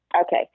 Okay